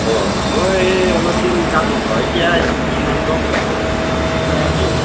অঁ মই এই অলপ দিন কাম হ'ব এতিয়া নামঘৰৰ মণিকূট আছো